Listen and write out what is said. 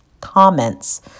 comments